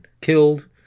killed